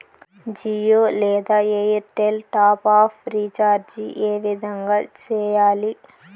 జియో లేదా Airtel top up recharge ఏ విధంగా సేయాలి